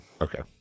Okay